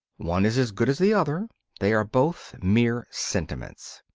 one is as good as the other they are both mere sentiments.